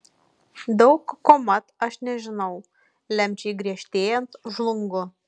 daug ko mat aš nežinau lemčiai griežtėjant žlungu